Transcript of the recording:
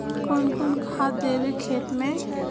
कौन कौन खाद देवे खेत में?